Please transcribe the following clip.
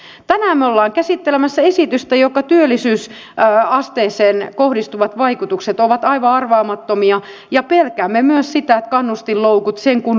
tänään me olemme käsittelemässä esitystä jonka työllisyysasteeseen kohdistuvat vaikutukset ovat aivan arvaamattomia ja pelkäämme myös sitä että kannustinloukut sen kun lisääntyvät